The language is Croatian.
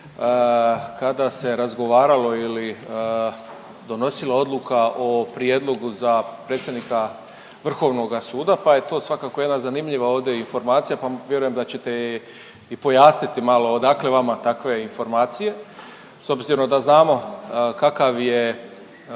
kada se razgovaralo ili donosila odluka o prijedlogu za predsjednika Vrhovnoga suda pa je to svakako jedna zanimljivo informacija pa vjerujem da ćete je i pojasniti malo odakle vama takve informacije, s obzirom da znamo kakav je